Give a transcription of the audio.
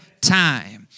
time